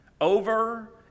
Over